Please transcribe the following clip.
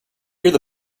hear